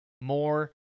more